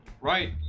Right